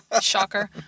Shocker